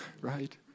Right